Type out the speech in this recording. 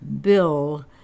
Bill